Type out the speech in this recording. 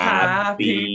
Happy